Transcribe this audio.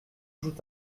jouent